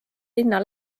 linna